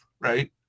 right